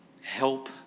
help